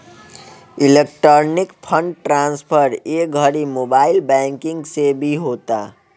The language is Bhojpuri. इलेक्ट्रॉनिक फंड ट्रांसफर ए घड़ी मोबाइल बैंकिंग से भी होता